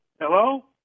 Hello